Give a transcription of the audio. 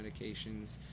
medications